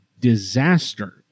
disaster